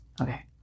Okay